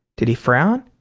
did he frown?